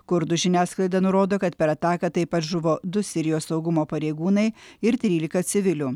kurdų žiniasklaida nurodo kad per ataką taip pat žuvo du sirijos saugumo pareigūnai ir trylika civilių